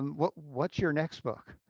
what's what's your next book?